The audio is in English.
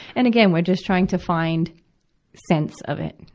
and, again, we're just trying to find sense of it,